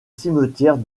cimetière